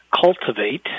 Cultivate